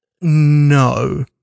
No